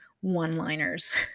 one-liners